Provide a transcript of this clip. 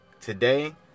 Today